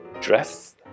dress